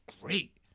great